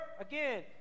Again